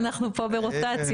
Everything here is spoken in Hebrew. אנחנו פה ברוטציה.